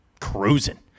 cruising